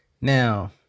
Now